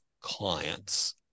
clients